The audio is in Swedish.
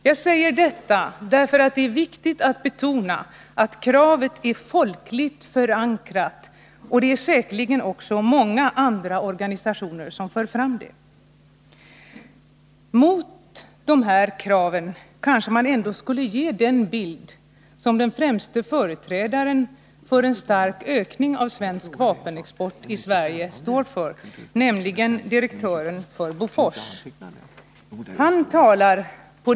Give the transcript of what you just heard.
Jag säger detta därför att det är viktigt att betona att kravet är folkligt förankrat. Säkerligen förs det fram också av många andra organisationer än dem jag nämnt. Mot dessa krav kanske man ändå skulle ställa den bild som den främste företrädaren i Sverige för en stark ökning av svensk vapenexport, direktören för Bofors, står för.